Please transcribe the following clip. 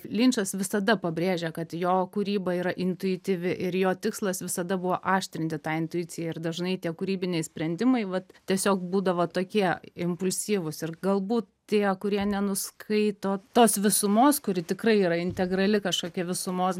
linčas visada pabrėžia kad jo kūryba yra intuityvi ir jo tikslas visada buvo aštrinti tą intuiciją ir dažnai tie kūrybiniai sprendimai vat tiesiog būdavo tokie impulsyvūs ir galbūt tie kurie nenuskaito tos visumos kuri tikrai yra integrali kažkokia visumos